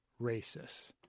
racists